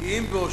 כי אם באושרם